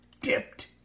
dipped